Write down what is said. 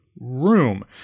Room